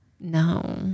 no